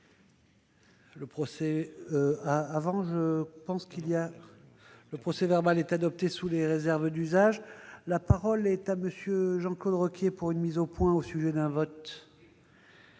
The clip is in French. Le procès-verbal est adopté sous les réserves d'usage. La parole est à M. Jean-Claude Requier, pour une mise au point au sujet d'un vote.